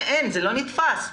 זה לא נתפס.